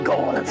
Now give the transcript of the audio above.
God